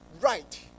right